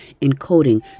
encoding